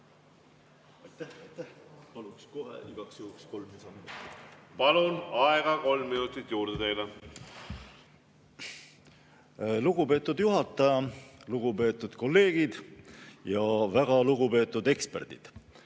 Palun, aega kolm minutit juurde teile! Lugupeetud juhataja! Lugupeetud kolleegid! Väga lugupeetud eksperdid!